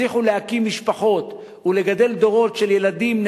הצליחו להקים משפחות ולגדל דורות של ילדים,